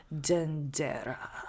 dendera